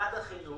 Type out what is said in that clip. משרד החינוך